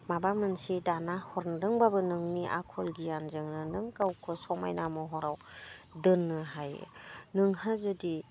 माबा मोनसे दाना हरदोंब्लाबो नोंनि आखल गियानजोंनो नों गावखौ समायना महराव दोननो हायो नोंहा जुदि